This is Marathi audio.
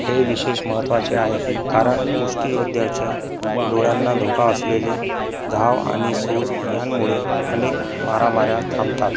हे विशेष महत्वाचे आहे कारण मुष्ठियोद्ध्याच्या डोळ्यांना धोका असलेले घाव किंवा सूज यांमुळे अनेक मारामाऱ्या थांबतात